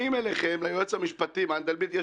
נראה לי סביר שהם